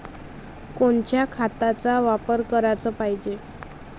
कोनच्या खताचा वापर कराच पायजे?